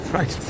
Right